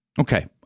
Okay